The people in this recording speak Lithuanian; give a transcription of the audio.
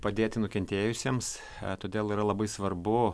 padėti nukentėjusiems todėl yra labai svarbu